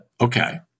Okay